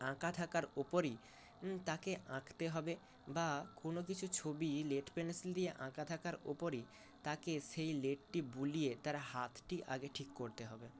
আঁকা থাকার ওপরই তাকে আঁকতে হবে বা কোনও কিছু ছবি লেড পেন্সিল দিয়ে আঁকা থাকার ওপরই তাকে সেই লেডটি বুলিয়ে তার হাতটি আগে ঠিক করতে হবে